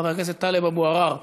חבר הכנסת טלב אבו עראר,